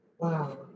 Wow